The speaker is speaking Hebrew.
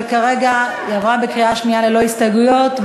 היא עברה בקריאה שנייה ללא הסתייגויות,